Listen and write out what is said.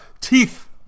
teeth